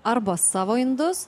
arba savo indus